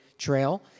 trail